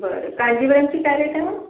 बरं कांजीवरमची काय रेट आहे मॅम